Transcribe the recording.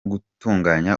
gutunganya